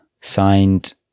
signed